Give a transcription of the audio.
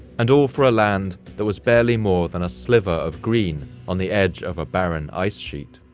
and all for a land that was barely more than a sliver of green on the edge of a barren ice sheet?